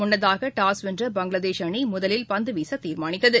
முன்னதாக டாஸ் வென்ற பங்களாதேஷ் அணிமுதலில் பந்துவீசதீர்மானித்தது